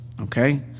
okay